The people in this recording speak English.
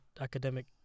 Academic